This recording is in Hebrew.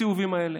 בסיבובים האלה.